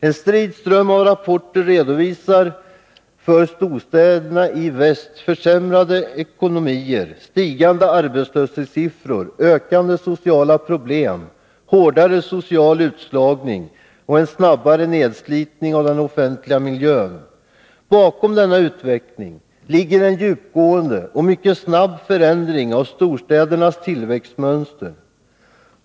En strid ström av rapporter redovisar för storstäderna i väst försämrade ekonomier, stigande arbetslöshetssiffror, ökande sociala problem, hårdare social utslagning och en snabbare nedslitning av den offentliga miljön. Bakom denna utveckling ligger en djupgående och mycket snabb förändring av storstädernas tillväxtmönster.